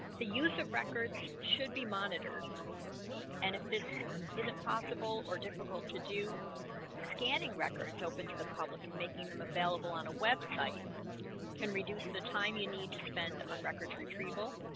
the use of records should be monitored and if this isn't possible or difficult to do scanning records open to the public and making them available on a website can reduce the time you need to spend on records retrieval.